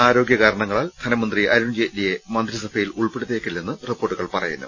ആരോഗ്യകാരണങ്ങളാൽ ധനമന്ത്രി അരുൺ ജെയ്റ്റ്ലിയെ മന്ത്രിസഭയിൽ ഉൾപ്പെടുത്തിയേക്കില്ലെന്ന് റിപ്പോർട്ടുകൾ പറയുന്നു